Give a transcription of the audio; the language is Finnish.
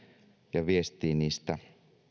ja viestii niistä